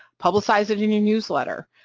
publicize it in a newsletter,